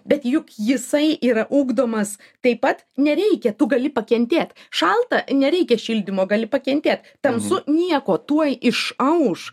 bet juk jisai yra ugdomas taip pat nereikia tu gali pakentėt šalta nereikia šildymo gali pakentėt tamsu nieko tuoj išauš